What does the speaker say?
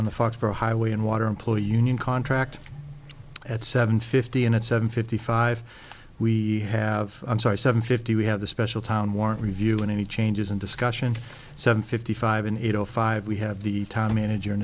on the foxboro highway and water employee union contract at seven fifty and at seven fifty five we have on site seven fifty we have the special town warrant review and any changes in discussion seven fifty five and eight zero five we have the town manager an